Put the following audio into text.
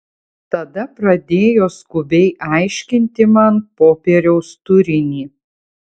tada pradėjo skubiai aiškinti man popieriaus turinį